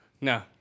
No